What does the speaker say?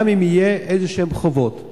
גם אם יהיו חובות כלשהם.